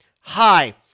hi